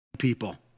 people